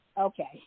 Okay